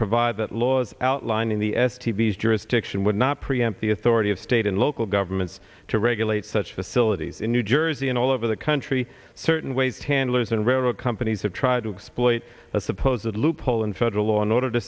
provide that laws outlined in the s t v's jurisdiction would not preempt the authority of state and local governments to regulate such facilities in new jersey and all over the country certain ways handlers and railroad companies have tried to exploit a supposedly loophole in federal law in order to